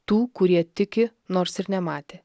tų kurie tiki nors ir nematė